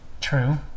True